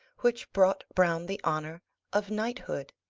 which brought browne the honour of knighthood